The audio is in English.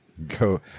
Go